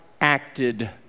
acted